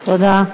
תודה.